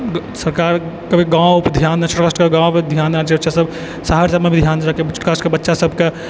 सरकार कभी गाँव आओरपर धियान देना छोटा छोटा गाँव सबपर धियान देना चाहिओ बच्चासब शहर सबमे भी धियान देना चाहिओ खास कऽ कऽ बच्चा सबके